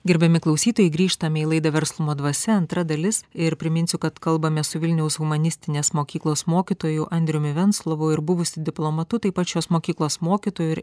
gerbiami klausytojai grįžtame į laidą verslumo dvasia antra dalis ir priminsiu kad kalbame su vilniaus humanistinės mokyklos mokytoju andriumi venclovu ir buvusiu diplomatu tai pat šios mokyklos mokytoju ir